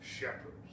shepherds